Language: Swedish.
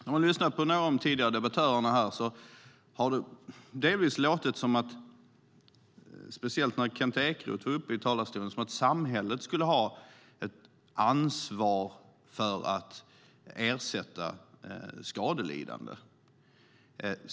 När man lyssnar på några av de tidigare debattörerna har det delvis, speciellt när Kent Ekeroth var uppe i talarstolen, låtit som att samhället skulle ha ett ansvar för att ersätta skadelidande.